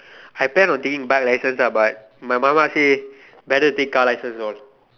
I plan on taking bike license ah but my மாமா:maamaa say better take car license all